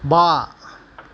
बा